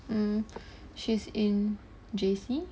mm she is in J_C